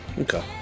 Okay